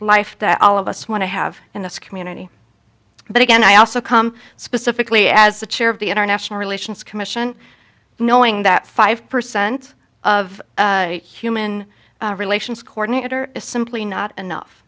that all of us want to have in this community but again i also come specifically as the chair of the international relations commission knowing that five percent of human relations coordinator is simply not enough